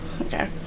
Okay